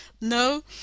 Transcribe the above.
no